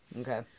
Okay